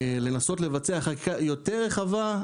לנסות לבצע חקיקה יותר רחבה.